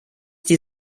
die